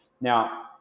Now